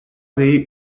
see